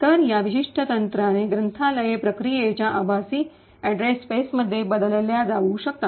तर या विशिष्ट तंत्राने ग्रंथालये प्रक्रियेच्या आभासी अॅड्रेस स्पेसमध्ये बदलल्या जाऊ शकतात